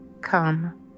come